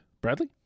Bradley